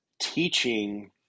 teaching